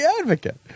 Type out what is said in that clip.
advocate